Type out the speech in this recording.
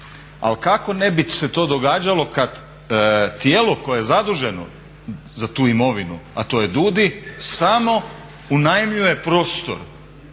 Ali kako ne bi se to događalo kada tijelo koje je zaduženu za tu imovinu sa to je DUDI samo unajmljuje prostor